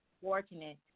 fortunate